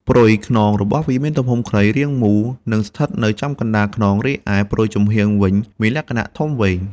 ព្រុយខ្នងរបស់វាមានទំហំខ្លី រាងមូល និងស្ថិតនៅចំកណ្ដាលខ្នង រីឯព្រុយចំហៀងវិញមានលក្ខណៈធំវែង។